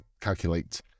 calculate